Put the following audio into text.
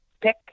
pick